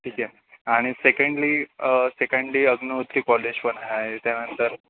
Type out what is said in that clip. ठीक आहे आणि सेकेंडली सेकेंडली अग्निहोत्री कॉलेज पण आहे त्यानंतर